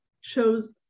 shows